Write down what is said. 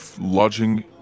Lodging